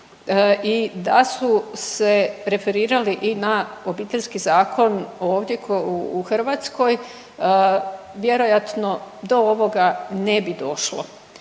i da su se referirali i na Obiteljski zakon ovdje u Hrvatskoj vjerojatno do ovoga ne bi došlo.